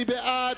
מי בעד?